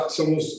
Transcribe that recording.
somos